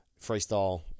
freestyle